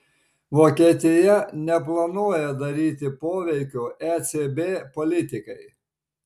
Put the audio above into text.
vokietija neplanuoja daryti poveikio ecb politikai